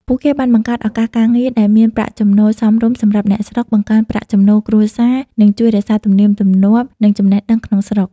ពួកគេបានបង្កើតឱកាសការងារដែលមានប្រាក់ចំណូលសមរម្យសម្រាប់អ្នកស្រុក បង្កើនប្រាក់ចំណូលគ្រួសារ និងជួយរក្សាទំនៀមទម្លាប់ និងចំណេះដឹងក្នុងស្រុក ។